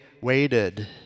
waited